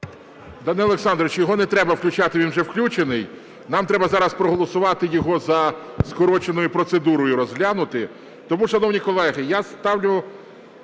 Данило Олександрович, його не треба включати, він вже включений. Нам треба зараз проголосувати його за скороченою процедурою і розглянути. Тому, шановні колеги, я ставлю